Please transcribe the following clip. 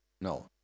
No